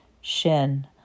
Shin